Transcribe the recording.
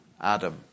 Adam